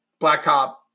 blacktop